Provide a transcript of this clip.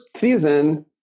season